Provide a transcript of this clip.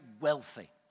wealthy